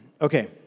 Okay